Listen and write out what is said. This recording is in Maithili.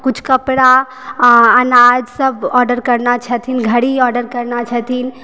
किछु कपड़ा आ अनाज सब ऑर्डर करने छथिन घड़ी आर्डर करने छथिन